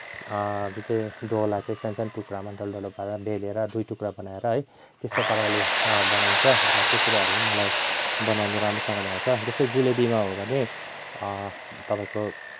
त्याो चाहिँ डोलाई चाहिँ सानो सानो टुक्रामा डल्लो पारेर बेह्रेर दुई टुक्रा बनाएर है त्यस्तो पाराले बनाइन्छ र त्यस्तो कुराहरू पनि मलाई बनाउन राम्रोसँगले आउँछ जस्तै जुलेबीमा हो भने तपाईँको